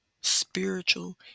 spiritual